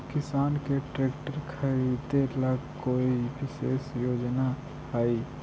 किसान के ट्रैक्टर खरीदे ला कोई विशेष योजना हई?